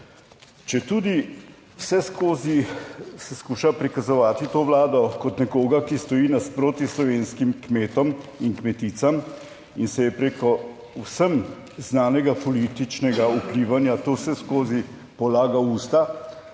Četudi vseskozi se skuša prikazovati to vlado kot nekoga, ki stoji nasproti slovenskim kmetom in kmeticam in se je preko vsem znanega političnega vplivanja, to vseskozi polaga usta,